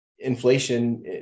Inflation